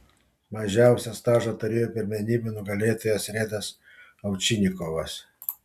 mažiausią stažą turėjo pirmenybių nugalėtojas redas ovčinikovas